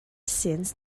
since